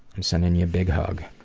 i'm sending you a big hug.